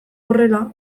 horrela